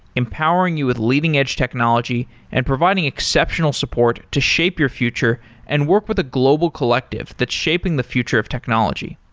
empowering you with leading edge technology and providing exceptional support to shape your future and work with a global collective that's shaping the future of technology.